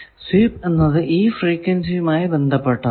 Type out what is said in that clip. SVEEP എന്നത് ഈ ഫ്രീക്വൻസിയുമായി ബന്ധപ്പെട്ടതാണ്